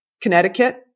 Connecticut